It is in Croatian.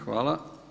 Hvala.